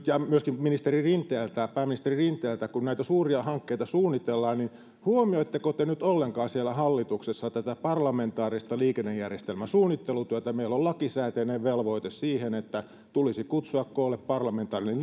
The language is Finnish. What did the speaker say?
ja myöskin pääministeri rinteeltä haluaisin kysyä että kun näitä suuria hankkeita suunnitellaan niin huomioitteko te nyt ollenkaan siellä hallituksessa tätä parlamentaarista liikennejärjestelmän suunnittelutyötä meillä on lakisääteinen velvoite siihen että tulisi kutsua koolle parlamentaarinen